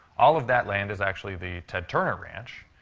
all of that land is actually the ted turner ranch.